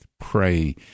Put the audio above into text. pray